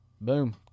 Boom